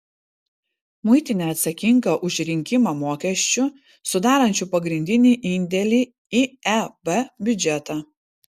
muitinė atsakinga už rinkimą mokesčių sudarančių pagrindinį indėlį į eb biudžetą